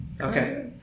Okay